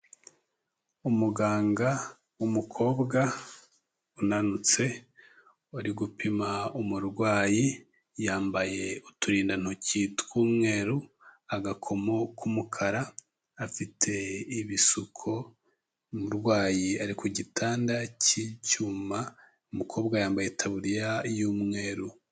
Umuganga w'umukobwa unanutse uri gupima umurwayi, yambaye uturindantoki tw'umweru, agakomo k'umukara, afite ibisuko, umurwayi ari ku gitanda cy'icyuma, umukobwa yambaye itabuririya y'umweru.